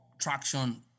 traction